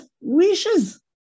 wishes